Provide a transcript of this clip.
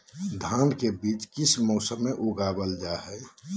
धान के बीज किस मौसम में उगाईल जाला?